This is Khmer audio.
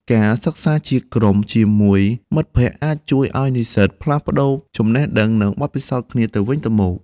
ការសិក្សាជាក្រុមជាមួយមិត្តភ័ក្តិអាចជួយឱ្យនិស្សិតផ្លាស់ប្តូរចំណេះដឹង និងបទពិសោធន៍គ្នាទៅវិញទៅមក។